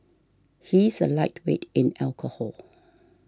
he is a lightweight in alcohol